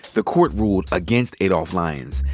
the court ruled against adolph lyons,